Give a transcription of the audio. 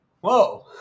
Whoa